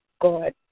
God